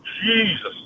Jesus